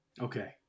Okay